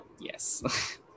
yes